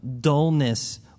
dullness